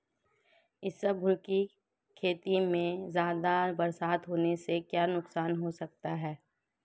इसबगोल की खेती में ज़्यादा बरसात होने से क्या नुकसान हो सकता है?